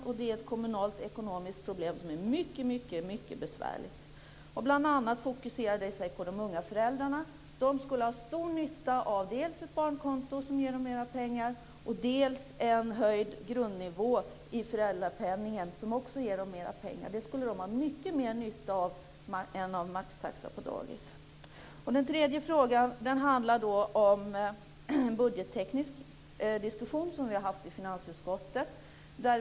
Och det är ett mycket besvärligt kommunalt ekonomiskt problem. Bl.a. fokuserar detta sig på de unga föräldrarna. De skulle ha stor nytta av dels ett barnkonto som ger dem mer pengar, dels en höjd grundnivå i föräldrapenningen som också ger dem mer pengar. De skulle ha mycket mer nytta av det här än av en maxtaxa för dagis. Den tredje frågan gällde en budgetteknisk diskussion som vi har haft i finansutskottet.